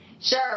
Sure